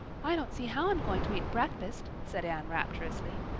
i don't see how i'm going to eat breakfast, said anne rapturously.